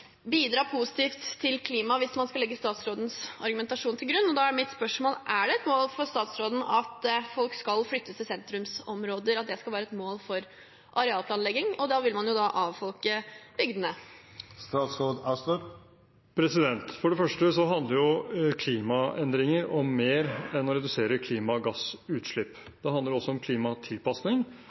bidra positivt til klimaet, hvis man skal legge statsrådens argumentasjon til grunn. Da er mitt spørsmål: Er det et mål for statsråden at folk skal flytte til sentrumsområder, at det skal være et mål for arealplanlegging? Da vil man jo avfolke bygdene. For det første handler klimaendringer om mer enn å redusere klimagassutslipp, det handler også om klimatilpasning,